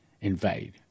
invade